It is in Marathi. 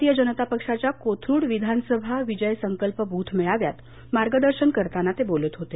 भारतीय जनता पक्षाच्या कोथरूड विधानसभा विजय संकल्प बूथ मेळाव्यात मार्गदर्शन करताना ते बोलत होते